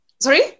sorry